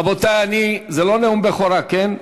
רבותי, זה לא נאום בכורה, כן?